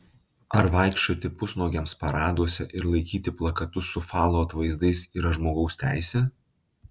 ar vaikščioti pusnuogiams paraduose ir laikyti plakatus su falo atvaizdais yra žmogaus teisė